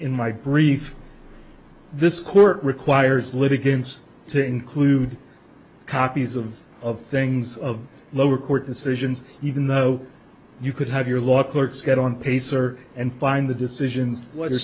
in my brief this court requires litigants to include copies of of things of lower court decisions even though you could have your law clerks get on pacer and find the decisions wh